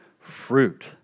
fruit